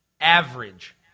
average